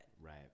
right